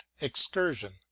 excursion